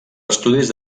estudis